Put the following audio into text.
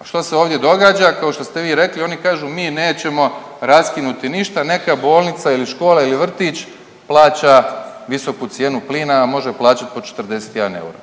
A što se ovdje događa? Kao što ste vi rekli oni kažu mi nećemo raskinuti ništa neka bolnica ili škola ili vrtić plaća visoku cijenu plina, a može plaćati po 41 eura.